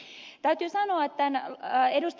täytyy sanoa tämän ed